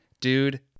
dude